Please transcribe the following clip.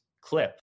clip